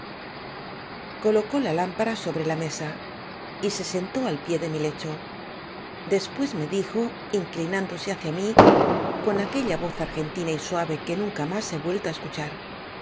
colocó la lámpara sobre la mesa y se sentó al pié de mi lecho después me dijo inclinándo se hacia mí con aquelia voz argentina y suave que nanea más he vuelto á escuchar